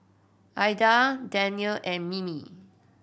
Aida Danielle and Mimi